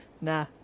Nah